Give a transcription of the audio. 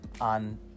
on